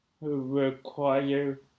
Require